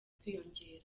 kwiyongera